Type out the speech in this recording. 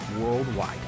worldwide